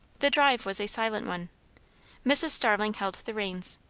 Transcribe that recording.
the drive was a silent one mrs. starling held the reins,